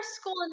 school